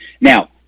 now